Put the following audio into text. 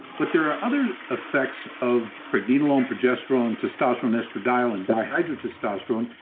but there are other effects of pregnenolone progesterone, testosterone, estradiol, and dihydrotestosterone.